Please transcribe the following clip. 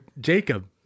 jacob